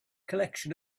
collection